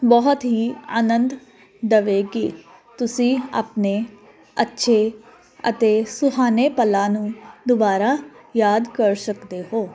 ਬਹੁਤ ਹੀ ਆਨੰਦ ਦਵੇਗੀ ਤੁਸੀਂ ਆਪਣੇ ਅੱਛੇ ਅਤੇ ਸੁਹਾਣੇ ਪਲਾਂ ਨੂੰ ਦੁਬਾਰਾ ਯਾਦ ਕਰ ਸਕਦੇ ਹੋ